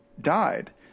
died